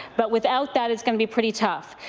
but without that it's going to be pretty tough.